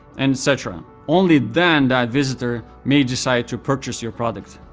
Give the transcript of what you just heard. and cetera. only then, that visitor may decide to purchase your product.